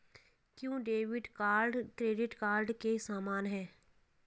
क्या debit card credit card के समान है?